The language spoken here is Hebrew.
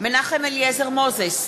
מנחם אליעזר מוזס,